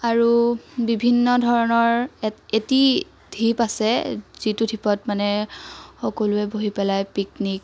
আৰু বিভিন্ন ধৰণৰ এ এটি ঢিপ আছে যিটো ঢিপত মানে সকলোৱে বহি পেলাই পিকনিক